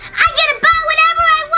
i get to buy whatever i